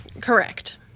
Correct